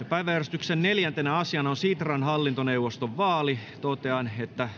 päiväjärjestyksen neljäntenä asiana on sitran hallintoneuvoston vaali totean että